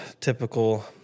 typical